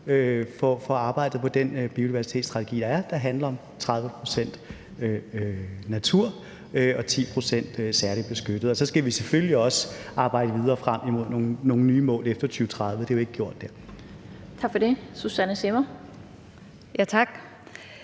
får arbejdet med den biodiversitetsstrategi, der er, og som handler om 30 pct. natur og 10 pct. særlig beskyttet. Og så skal vi selvfølgelig også arbejde frem mod nogle nye mål efter 2030; det er jo ikke gjort dér. Kl. 17:56 Den fg. formand